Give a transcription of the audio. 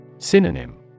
Synonym